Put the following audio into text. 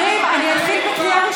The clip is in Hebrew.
אני אומר לך עובדות.